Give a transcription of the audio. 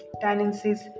tendencies